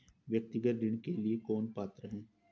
व्यक्तिगत ऋण के लिए कौन पात्र है?